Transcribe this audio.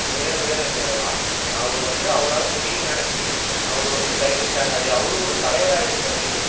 பெருமைக்குரியான விஷயோம் இதெலாம் அவர் வந்து அவரால் முடியுன்னு நெனச்சு அவர் வந்து சயின்டிஸ்ட் ஆனார் அவர் ஒரு தலைவராக ஆயிருக்கார்